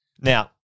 Now